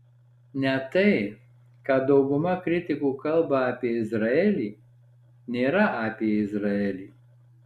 net tai ką dauguma kritikų kalba apie izraelį nėra apie izraelį